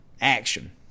action